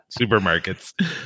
supermarkets